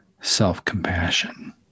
self-compassion